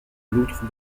loutre